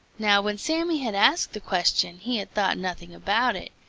now when sammy had asked the question he had thought nothing about it.